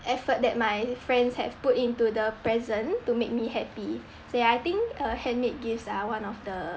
effort that my friends have put into the present to make me happy so ya I think uh handmade gifts are one of the